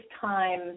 time